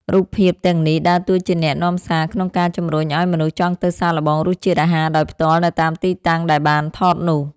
រូបភាពទាំងនេះដើរតួជាអ្នកនាំសារក្នុងការជំរុញឱ្យមនុស្សចង់ទៅសាកល្បងរសជាតិអាហារដោយផ្ទាល់នៅតាមទីតាំងដែលបានថតនោះ។